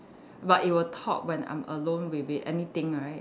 but it will talk when I'm alone with it anything right